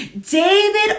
David